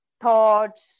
thoughts